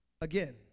again